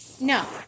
No